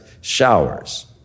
showers